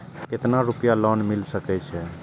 केतना रूपया लोन मिल सके छै?